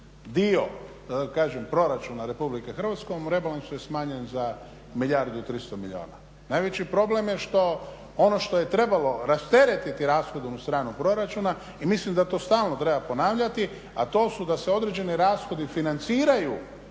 dio, da tako kažem proračun Republike Hrvatske rebalansom je smanjen za milijardu i 300 milijuna. Najveći problem je što ono što je trebalo rasteretiti rashodovnu stranu proračuna i mislim da to stalno treba ponavljati a to je da se određeni rashodi financiraju